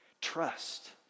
Trust